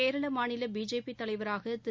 கேரள மாநில பிஜேபி தலைவராக திரு